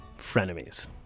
frenemies